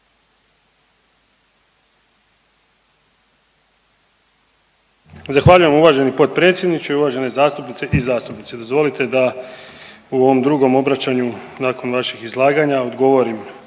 Zahvaljujem uvaženi potpredsjedniče, uvažene zastupnice i zastupnici. Dozvolite da u ovom drugom obraćanju nakon vaših izlaganja odgovorim